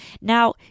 Now